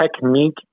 technique